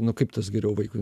nu kaip tas geriau vaikui